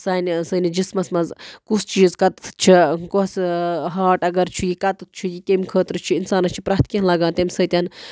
سانہِ سٲنِس جِسمَس منٛز کُس چیٖز کَتٮ۪تھ چھُ کۄس ہارٹ اَگر چھُ یہِ کَتٮ۪تھ چھُ یہِ کمہِ خٲطرٕ چھُ اِنسانَس چھُ پرٛٮ۪تھ کیٚنٛہہ لَگان تَمہِ سۭتٮ۪ن